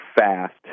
fast